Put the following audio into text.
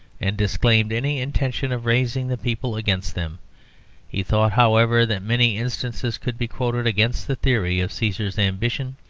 and disclaimed any intention of raising the people against them he thought, however, that many instances could be quoted against the theory of caesar's ambition,